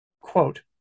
Quote